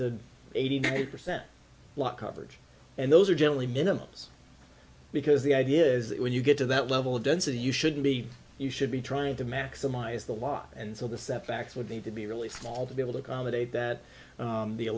the eighty eight percent block coverage and those are generally minimums because the idea is that when you get to that level of density you should be you should be trying to maximize the law and so the setbacks would need to be really small to be able to accommodate that